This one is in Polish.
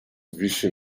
wisi